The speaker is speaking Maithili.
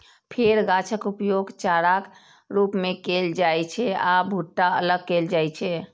फेर गाछक उपयोग चाराक रूप मे कैल जाइ छै आ भुट्टा अलग कैल जाइ छै